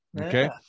Okay